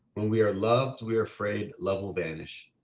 when we are loved, we are afraid love will vanish.